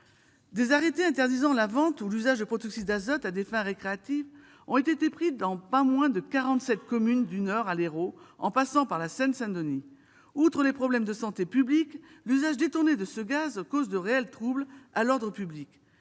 Des arrêtés interdisant la vente ou l'usage de protoxyde d'azote à des fins récréatives ont été pris dans pas moins de 47 communes, du Nord à l'Hérault, en passant par la Seine-Saint-Denis. Outre les problèmes de santé publique, l'usage détourné de ce gaz cause de réels troubles à l'ordre public.